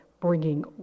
bringing